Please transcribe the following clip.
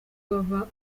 baba